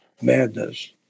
madness